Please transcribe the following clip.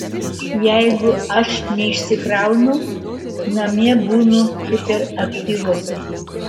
jeigu aš neišsikraunu namie būnu hiperaktyvus